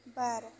बार